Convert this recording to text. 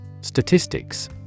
statistics